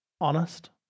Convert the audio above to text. honest